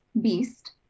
beast